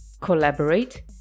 collaborate